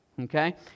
okay